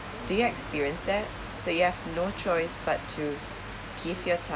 do you experience that so you have no choice but to give your